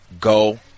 go